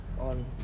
on